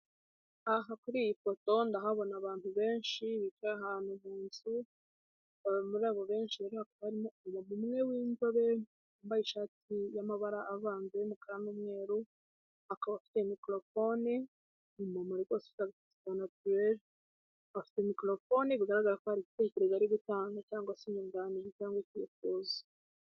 Aha kuri iyi foto ndahabona abantu benshi bicaye ahantu mu nzu muri abo benshi rero hakaba harimo umuntu umwe w'inzobe wambaye ishati y'amabara avanze y'umukara n'umweru akaba afite mikorofone umu mama rwose ufite agasatsi ka natirere afite mikorofone bigaragara ko hari igitekerezo ari gutanga cyangwa se inyunganizi cyangwa ikifuzo.